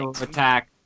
attack